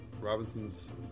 Robinson's